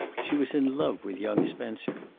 she was in love with young spencer.